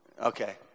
Okay